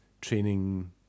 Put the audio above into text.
training